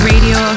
Radio